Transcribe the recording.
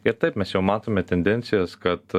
ir taip mes jau matome tendencijas kad